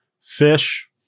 fish